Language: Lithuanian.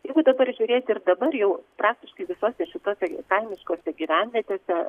jeigu dabar žiūrėti ir dabar jau praktiškai visose šitose kaimiškose gyvenvietėse